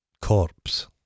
corpse